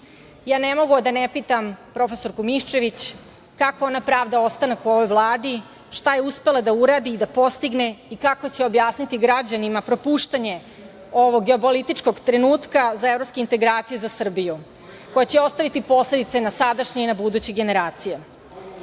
savet. Ne mogu a da ne pitam prof. Miščević kako ona pravda ostanak u ovoj Vladi, šta je uspela da uradi i da postigne i kako će objasniti građanima propuštanje ovog abolitičkog trenutka za evropske integracije za Srbiju, što će ostaviti posledice na sadašnje i na buduće generacije? Ovo